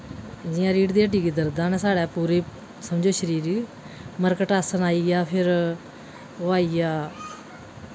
जि'यां रीढ़ दी हड्डी गी दर्दां न साढ़े पूरी समझो शरीर गी मरकट आसन आई गेआ फ्ही ओह् आई गेआ